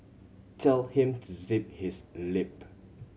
tell him to zip his lip